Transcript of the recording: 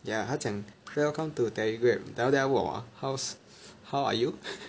ya 他讲 welcome to Telegram then after that 他问我 how's how are you